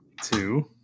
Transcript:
Two